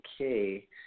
Okay